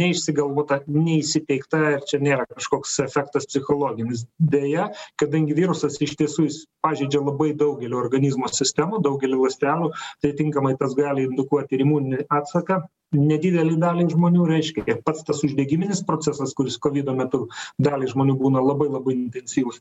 neišsigalvota neįsiteikta ir čia nėra kažkoks efektas psichologinis deja kadangi virusas iš tiesų jis pažeidžia labai daugelį organizmo sistemų daugelį ląstelių tai atitinkamai tas gali indukuot ir imuninį atsaką nedidelei daliai žmonių reiškia ir pats tas uždegiminis procesas kuris kovido metu daliai žmonių būna labai labai intensyvus